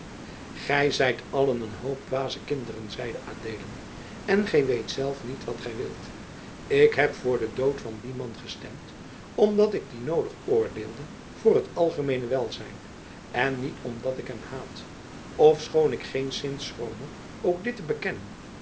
gij zijt allen een hoop dwaze kinderen zeide adeelen en gij weet zelf niet wat gij wilt ik heb voor den dood van dien man gestemd omdat ik dien noodig oordeelde voor het algemeene welzijn en niet omdat ik hem haat ofschoon ik geenszins schrome ook dit te bekennen